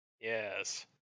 Yes